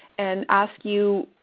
and ask you,